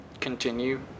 continue